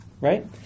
right